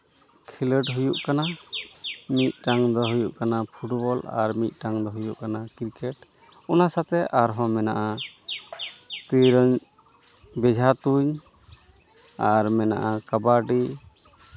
ᱠᱷᱤᱞᱚᱸᱰ ᱦᱩᱭᱩᱜ ᱠᱟᱱᱟ ᱢᱤᱫᱴᱟᱱ ᱫᱚ ᱦᱩᱭᱩᱜ ᱠᱟᱱᱟ ᱯᱷᱩᱴᱵᱚᱞ ᱟᱨ ᱢᱤᱫᱴᱟᱱ ᱫᱚ ᱦᱩᱭᱩᱜ ᱠᱟᱱᱟ ᱠᱨᱤᱠᱮᱴ ᱚᱱᱟ ᱥᱟᱶᱛᱮ ᱟᱨᱦᱚᱸ ᱢᱮᱱᱟᱜᱼᱟ ᱛᱤᱨᱮᱱ ᱵᱚᱡᱷᱟ ᱛᱩᱧ ᱟᱨ ᱢᱮᱱᱟᱜᱼᱟ ᱠᱟᱵᱟᱰᱤ